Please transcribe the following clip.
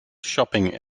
shopping